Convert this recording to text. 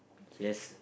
he has